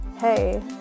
hey